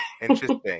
Interesting